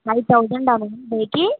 five thousand ma'am డేకి